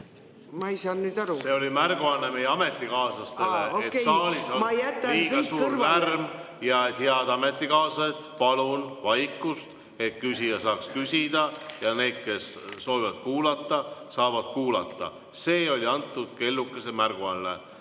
Ma ei saanud aru. See oli märguanne meie ametikaaslastele. Saalis on lärm. Head ametikaaslased, palun vaikust, et küsija saaks küsida ja need, kes soovivad kuulata, saavad kuulata. See oli kellukese märguanne.